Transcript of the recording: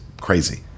crazy